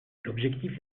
l’objectif